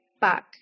back